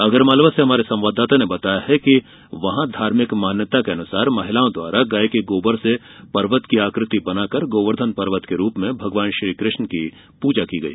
आगरमालवा से हमारे संवाददाता ने बताया है कि वहां धार्मिक मान्यता के अनुसार महिलाओं द्वारा गाय के गोबर से पर्वत की आकृति बनाकर गोवर्धन पर्वत के रूप में भगवान श्रीकृष्ण की पूजा की गई